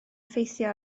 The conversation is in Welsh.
effeithio